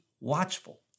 watchful